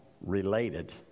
related